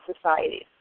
societies